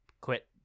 quit